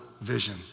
vision